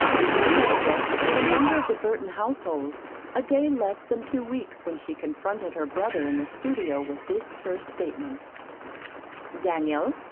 mrs. colebrook had been a member of the burton household a day less than two weeks when she confronted her brother in the studio with this terse statement daniel,